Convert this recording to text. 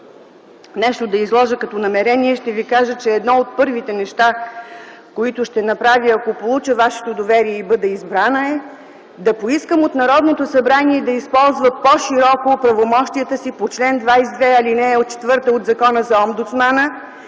нещо, да изложа нещо като намерения, ще ви кажа, че едно от първите неща, които ще направя, ако получа вашето доверие и бъда избрана е, да поискам Народното събрание да използва по-широко правомощията си по чл. 22, ал. 4 от Закона за омбудсмана